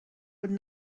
would